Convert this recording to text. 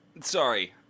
Sorry